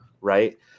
right